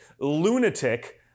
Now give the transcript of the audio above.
lunatic